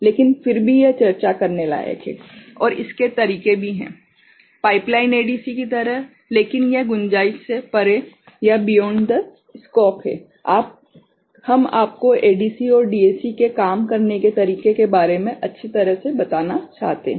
लेकिन फिर भी यह चर्चा करने लायक है और इसके तरीके भी हैं पाइपलाइन एडीसी की तरह लेकिन यह गुंजाइश से परे है हम आपको एडीसी और डीएसी के काम करने के तरीके के बारे में अच्छी तरह से बताना चाहते हैं